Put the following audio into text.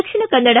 Dakshina Kannada